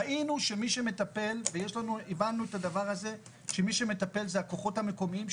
ראינו שמי שמטפל זה הכוחות המקומיים,